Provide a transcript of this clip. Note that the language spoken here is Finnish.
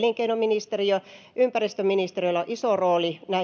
elinkeinoministeriö ympäristöministeriöllä on iso rooli